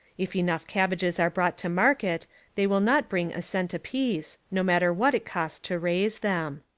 if enough cabbages are brought to market they will not bring a cent a piece, no matter what it cost to raise them.